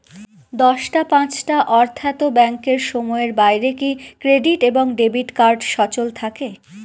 দশটা পাঁচটা অর্থ্যাত ব্যাংকের সময়ের বাইরে কি ক্রেডিট এবং ডেবিট কার্ড সচল থাকে?